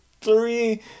three